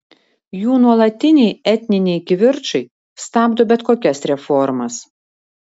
jų nuolatiniai etniniai kivirčai stabdo bet kokias reformas